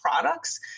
products